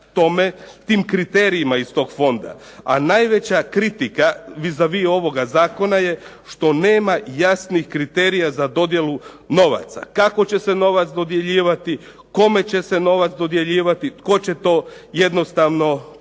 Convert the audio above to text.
tim kriterijima iz Fonda, a najveća kritika vis a vis ovoga Zakona što nema jasnih kriterija za dodjelu novaca. Kako će se novac dodjeljivati, kome će se novac dodjeljivati i tko će to jednostavno pratiti.